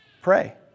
pray